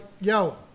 yo